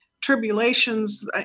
tribulations